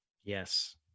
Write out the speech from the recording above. Yes